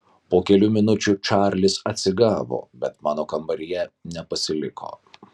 po kelių minučių čarlis atsigavo bet mano kambaryje nepasiliko